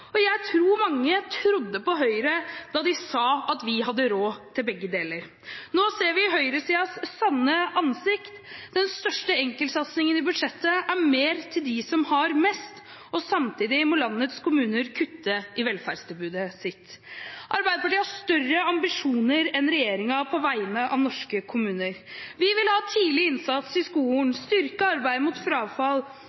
velferd. Jeg tror mange trodde på Høyre da de sa at vi hadde råd til begge deler. Nå ser vi høyresidens sanne ansikt: Den største enkeltsatsingen i budsjettet er mer til dem som har mest, og samtidig må landets kommuner kutte i velferdstilbudet sitt. Arbeiderpartiet har større ambisjoner enn regjeringen på vegne av norske kommuner. Vi vil ha tidlig innsats i skolen